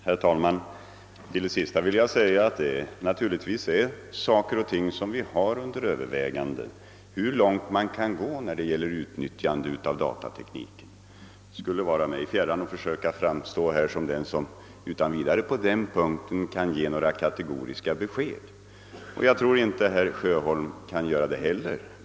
Herr talman! Med anledning av den sista frågan vill jag säga att vi naturligtvis överväger hur långt det är möjligt att gå i utnyttjandet av datatekniken. Det skulle vara mig fjärran att för söka framstå som en som på denna punkt utan vidare kan ge kategoriska besked, och jag tror inte heller att herr Sjöholm kan göra det.